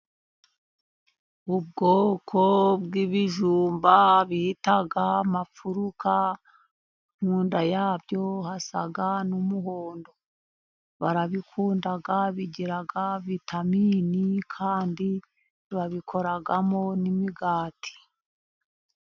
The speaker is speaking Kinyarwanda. Ubwoko bw’ibijumba bita amafuruka. Mu nda yabyo hasa n’umuhondo. Barabikunda bigira vitamini kandi babikoramo n’imigati.